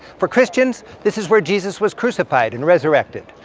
for christians, this is where jesus was crucified and resurrected.